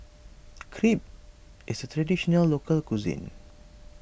Crepe is a Traditional Local Cuisine